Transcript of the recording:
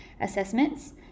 assessments